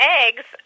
eggs